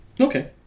Okay